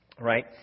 right